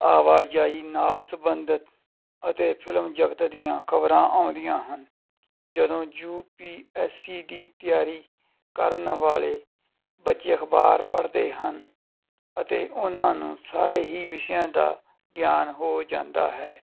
ਆਵਾਜਾਈ ਨਾਲ ਸੰਬੰਧਿਤ ਅਤੇ ਫਿਲਮ ਜਗਤ ਦੀਆਂ ਖਬਰਾਂ ਆਉਂਦੀਆਂ ਹਨ ਜਦੋਂ ਯੂ ਪੀ ਐਸ ਸੀ ਦੀ ਤਿਆਰੀ ਕਰਨ ਵਾਲੇ ਬੱਚੇ ਅਖਬਾਰ ਪੜ੍ਹਦੇ ਹਨ ਅਤੇ ਉਹਨਾਂ ਨੂੰ ਸਾਰੇ ਹੀ ਵਿਸ਼ਿਆਂ ਦਾ ਗਿਆਨ ਹੋ ਜਾਂਦਾ ਹੈ